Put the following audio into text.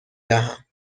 دهم